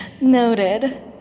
Noted